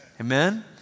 Amen